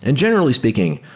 and generally speaking,